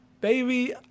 baby